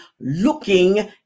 looking